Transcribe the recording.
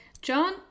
John